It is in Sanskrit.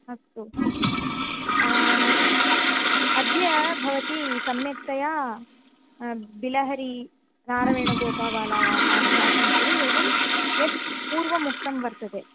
अस्तु अद्य भवती सम्यक्तया बिलहरी रारवेणु गोपाबालायाः अभ्यासं कुरु एवं यत् पूर्वमुक्तं वर्तते